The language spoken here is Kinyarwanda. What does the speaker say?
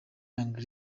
young